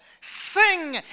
Sing